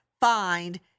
find